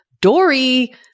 Dory